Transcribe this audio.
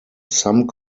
some